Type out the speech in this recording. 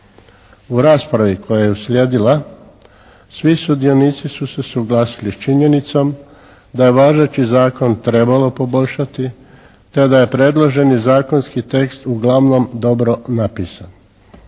U raspravi koja je uslijedila, svi sudionici su se suglasili s činjenicom da je važeći zakon trebalo poboljšati te da je predloženi zakonski tekst uglavnom dobro napisan.